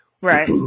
Right